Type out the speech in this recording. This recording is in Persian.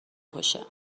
کشه